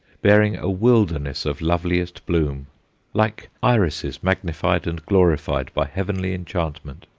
bearing a wilderness of loveliest bloom like irises magnified and glorified by heavenly enchantment.